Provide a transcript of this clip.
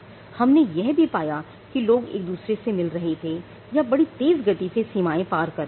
हमने यह भी पाया कि लोग एक दूसरे से मिल रहे थे या बड़ी तेज गति से सीमाएं पार कर रहे थे